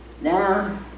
now